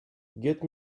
get